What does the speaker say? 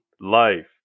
life